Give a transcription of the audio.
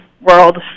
world